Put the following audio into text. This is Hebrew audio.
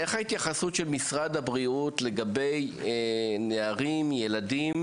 איך ההתייחסות של משרד הבריאות לנערים וילדים